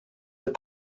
have